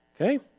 Okay